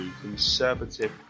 conservative